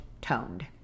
toned